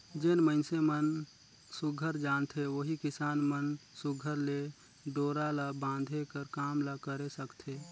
जेन मइनसे मन सुग्घर जानथे ओही किसान मन सुघर ले डोरा ल बांधे कर काम ल करे सकथे